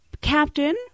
captain